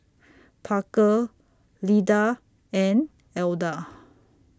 Parker Lyda and Elda